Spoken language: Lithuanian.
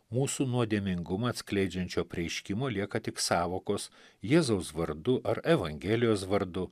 mūsų nuodėmingumą atskleidžiančio apreiškimo lieka tik sąvokos jėzaus vardu ar evangelijos vardu